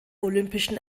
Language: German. olympischen